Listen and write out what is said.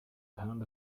pound